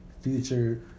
Future